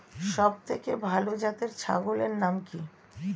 সবথেকে ভালো জাতের ছাগলের নাম কি?